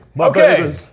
Okay